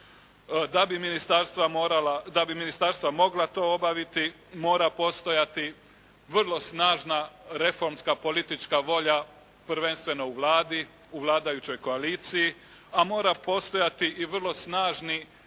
Da bi ministarstva mogla to obaviti mora postojali vrlo snažna reformska politička volja prvenstveno u Vladi, u vladajućoj koaliciji, a mora postojati i vrlo snažni